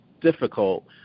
difficult